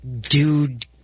dude